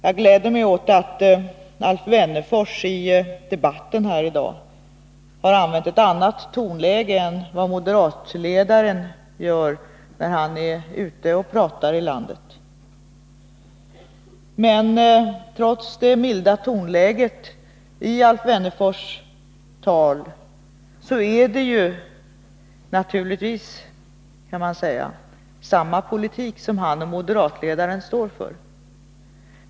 Jag gläder mig åt att Alf Wennerfors i debatten här i dag har använt ett annat tonläge än vad moderatledaren gör när han är ute och pratar i landet. Men trots det milda tonläget i Alf Wennerfors tal är det — naturligtvis, kan man säga — samma politik som han och moderatledaren står för.